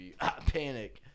Panic